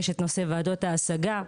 יש נושא ועדות ההשגה.